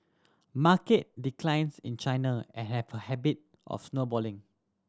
market declines in China a have a habit of snowballing